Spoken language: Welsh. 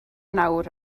nawr